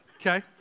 Okay